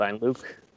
Luke